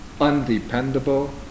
undependable